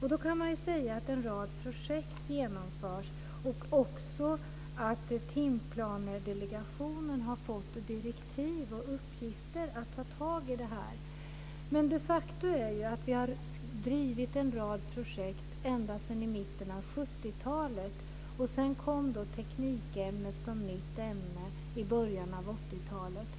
Man kan säga att en rad projekt genomförs och också att Timplanedelegationen har fått direktiv och i uppgift att ta tag i detta. Men det är ett faktum att vi har drivit en rad projekt ända sedan i mitten av 70 talet. Sedan kom teknikämnet som nytt ämne i början av 80-talet.